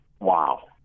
wow